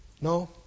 No